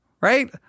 Right